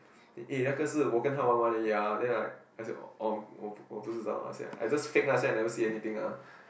eh 那个是我跟她玩玩而已 ah then like I say um 我我不知道 I say I just fake ah say I never see anything ah